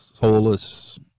soulless